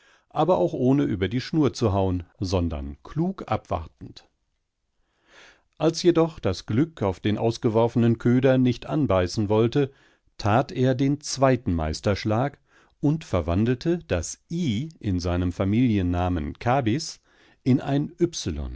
aber auch ohne über die schnur zu hauen sondern klug abwartend als jedoch das glück auf den ausgeworfenen köder nicht anbeißen wollte tat er den zweiten meisterschlag und verwandelte das i in seinem familiennamen kabis in ein